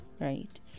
right